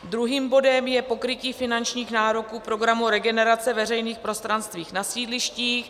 Druhým bodem je pokrytí finančních nároků programu Regenerace veřejných prostranství na sídlištích.